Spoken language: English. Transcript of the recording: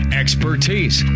expertise